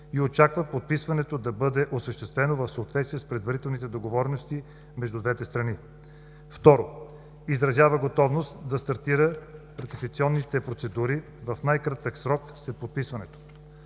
и очаква подписването да бъде осъществено в съответствие с предварителните договорености между двете страни. 2. Изразява готовност да стартира ратификационните процедури в най-кратък срок след подписването